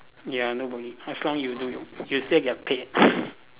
ya nobody as long you do you still get paid